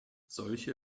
solche